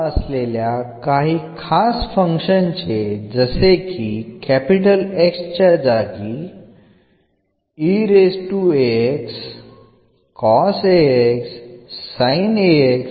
ഇനി ന്റെ ചില പ്രത്യേക ഫോമുകളെക്കുറിച്ച് നമ്മൾ സംസാരിക്കും